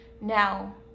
Now